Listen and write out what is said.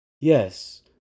Yes